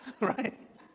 Right